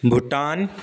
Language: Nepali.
भुटान